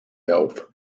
health